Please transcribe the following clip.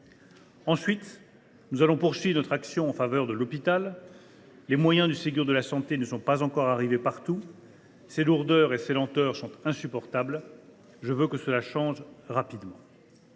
patients. « Nous poursuivrons notre action en faveur de l’hôpital. Les bienfaits du Ségur de la santé ne se sont pas encore fait sentir partout. Ces lourdeurs et ces lenteurs sont insupportables. Je veux que cela change rapidement